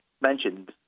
mentioned